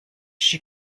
she